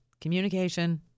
communication